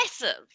massive